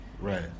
right